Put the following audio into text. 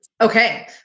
Okay